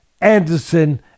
Anderson